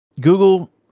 Google